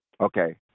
Okay